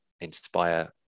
inspire